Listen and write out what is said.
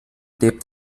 lebt